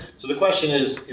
so the question is,